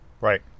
Right